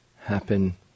happen